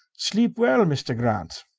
sleep well, meester grant.